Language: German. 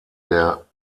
der